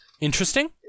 interesting